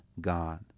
God